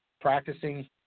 practicing